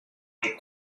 reply